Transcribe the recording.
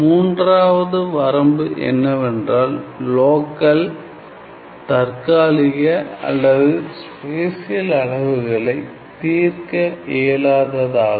மூன்றாவது வரம்பு என்னவென்றால் லோக்கல் தற்காலிக அல்லது ஸ்பேசியல் அளவுகளை தீர்க்க இயலாததாகும்